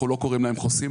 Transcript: אנחנו לא קוראים להם חוסים,